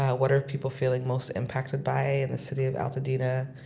what are people feeling most impacted by in the city of altadena?